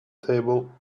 table